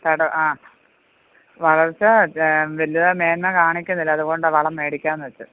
തടം ആ വളർച്ച വലിയ മേന്മ കാണിക്കുന്നില്ല അതുകൊണ്ടാണ് വളം മേടിക്കാമെന്ന് വെച്ചത്